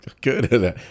Good